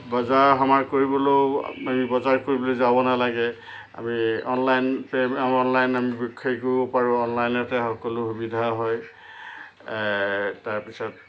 বজাৰ সমাৰ কৰিবলৈও এই বজাৰ কৰিবলৈ যাব নেলাগে আমি অনলাইম পে' অনলাইন হেৰি কৰিব পাৰোঁ অনলাইনতে সকলো সুবিধা হয় তাৰপিছত